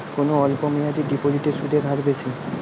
কোন অল্প মেয়াদি ডিপোজিটের সুদের হার বেশি?